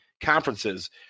conferences